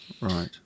Right